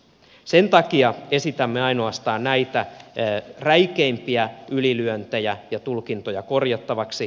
sen takia esitämme ainoastaan näitä räikeimpiä ylilyöntejä ja tulkintoja korjattavaksi